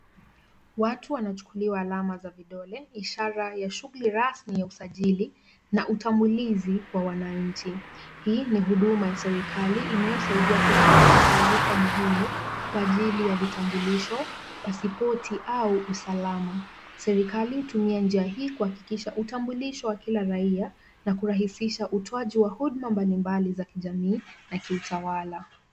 Watu wanachukuliwa alama za vidole ishara ya shughuli rasmi yenye usajili na utambulizi kwa wananchi. Hii ni huduma ya serikali inayosaidia kuhifadhi taarifa muhimu kwa ajili ya vitambulisho, pasipoti au usalama. Serikali hutumia njia hii kuhakikisha utambulisho wa kila raia, na kurahisisha utoaji wa huduma mbalimbali za kijamii na ki utawala.